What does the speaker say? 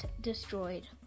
destroyed